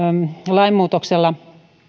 lainmuutoksella